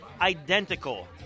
identical